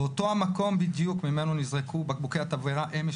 באותו המקום בדיוק שממנו נזרקו בקבוקי התבערה אמש,